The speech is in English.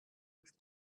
with